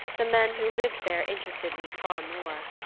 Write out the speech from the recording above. the men who lived there interested me far more.